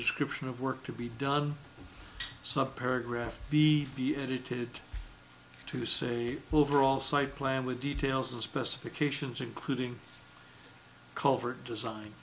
description of work to be done some paragraph b be edited to say overall site plan with details of specifications including culvert design